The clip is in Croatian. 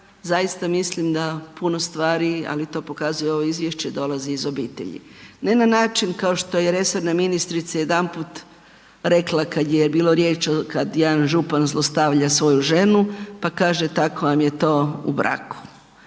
zaista mislim da puno stvari, ali to pokazuje i ovo izvješće, dolazi iz obitelji. Ne na način kao što je resorna ministrica jedanput rekla kad je bilo riječ kad jedan župan zlostavlja svoju ženu, pa kaže „tako vam je to u braku“.